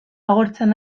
agortzen